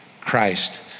Christ